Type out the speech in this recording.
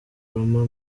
roma